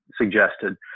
suggested